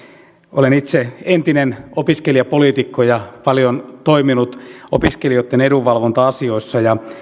olen itse entinen opiskelijapoliitikko ja paljon toiminut opiskelijoitten edunvalvonta asioissa ja